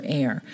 air